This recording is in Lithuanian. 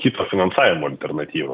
kito finansavimo alternatyvos